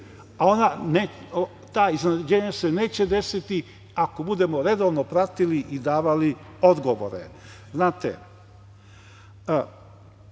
Ta iznenađenja se neće desiti ako budemo redovno pratili i davali odgovore. Rebalans